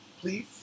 please